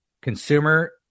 consumer